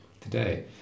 today